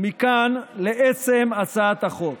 ומכאן לעצם הצעת החוק: